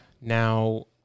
Now